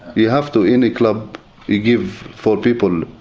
you have to in a club you give for people.